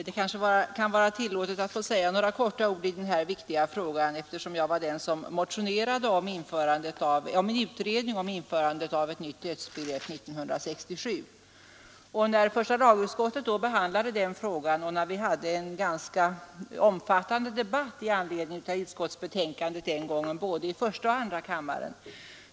Fru talman! Det må vara mig tillåtet att få säga några ord i den här viktiga frågan, eftersom det var jag som år 1967 motionerade om att frågan om införandet av ett nytt dödsbegrepp skulle utredas. Första lagutskottet behandlade frågan, och det blev en ganska omfattande debatt i anledning av utskottets utlåtande i både första och andra kammaren.